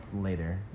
later